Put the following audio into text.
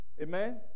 Amen